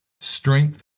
strength